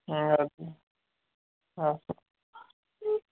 مٮ۪ہربٲنی اَسا